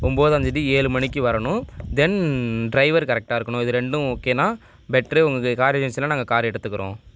ஒன்போதாம் தேதி ஏழு மணிக்கு வரணும் தென் டிரைவர் கரெக்டாக இருக்கணும் இது ரெண்டும் ஓகேனால் பெட்ரு உங்கள் கார் ஏஜென்சியில் நாங்கள் கார் எடுத்துக்கிறோம்